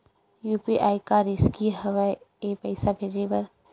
UPI का रिसकी हंव ए पईसा भेजे बर?